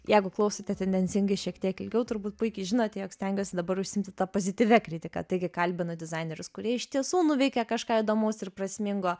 jeigu klausote tendencingai šiek tiek ilgiau turbūt puikiai žinote jog stengiuosi dabar užsiimti tą pozityvia kritika taigi kalbinu dizainerius kurie iš tiesų nuveikė kažką įdomaus ir prasmingo